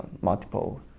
multiple